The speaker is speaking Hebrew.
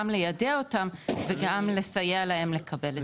גם ליידע אותם וגם לסייע להם לקבל את זה.